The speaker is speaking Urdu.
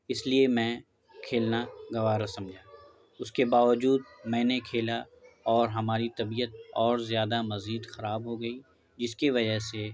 اس لیے میں کھیلنا گوارہ سمجھا اس کے باوجود میں نے کھیلا اور ہماری طبیعت اور زیادہ مزید خراب ہو گئی جس کی وجہ سے